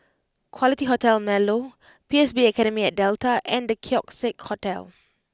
Quality Hotel Marlow P S B Academy at Delta and The Keong Saik Hotel